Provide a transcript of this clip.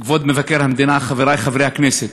כבוד מבקר המדינה, חברי חברי הכנסת,